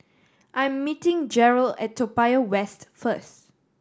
I am meeting Jerrell at Toa Payoh West first